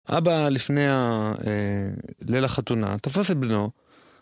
אבא לפני ליל החתונה תפס את בנו